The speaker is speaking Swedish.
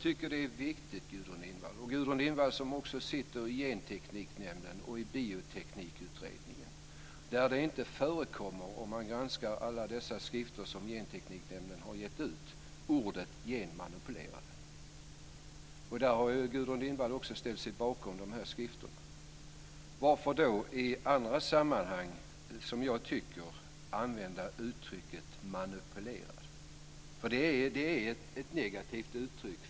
Fru talman! Gudrun Lindvall sitter ju också i Gentekniknämnden och i Bioteknikutredningen. Om man granskar alla de skrifter som Gentekniknämnden har gett ut, kan man se att ordet genmanipulerad inte förekommer där. Gudrun Lindvall har ju ställt sig bakom dessa skrifter. Varför då använda uttrycket manipulerad i andra sammanhang? Det är ett negativt uttryck.